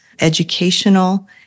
educational